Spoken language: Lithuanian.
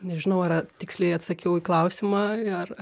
nežinau ar a tiksliai atsakiau į klausimą ar